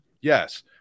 yes